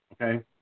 okay